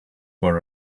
were